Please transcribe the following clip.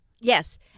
Yes